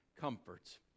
comforts